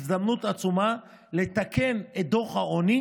הזדמנות עצומה לתקן את דוח העוני